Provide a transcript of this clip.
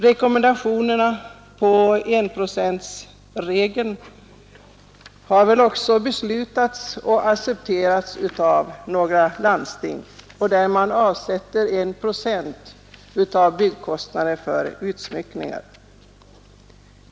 Rekommendationerna om enprocentsregeln har väl också beslutats och accepterats av några landsting där man avsätter en procent av byggkostnaden för utsmyckningar.